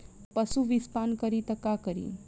पशु विषपान करी त का करी?